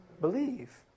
believe